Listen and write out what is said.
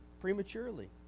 prematurely